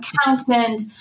accountant